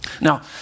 Now